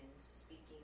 speaking